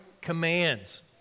commands